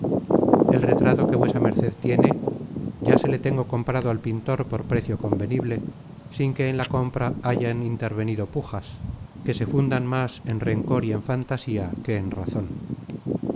el retrato que vuesa merced tiene ya se le tengo comprado al pintor por precio convenible sin que en la compra hayan intervenido pujas content from google book search generated at que se fundan más en rencor y en fantasía que en razon